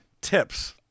Tips